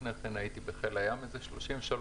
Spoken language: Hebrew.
לפני כן הייתי בחיל הים 33 שנה.